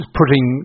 putting